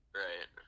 right